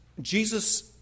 Jesus